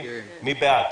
אני בעד.